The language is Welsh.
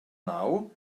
naw